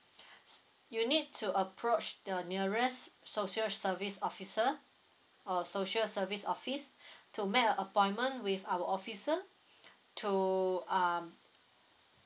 you need to approach the nearest social service officer or social service office to make a appointment with our offices to um